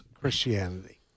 Christianity